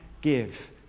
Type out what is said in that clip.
give